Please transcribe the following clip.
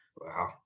Wow